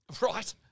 Right